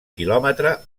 quilòmetre